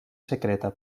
secreta